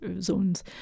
zones